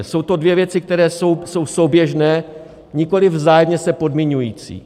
Jsou to dvě věci, které jsou souběžné, nikoliv vzájemně se podmiňující.